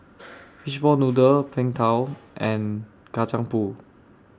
Fishball Noodle Png Tao and Kacang Pool